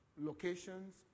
locations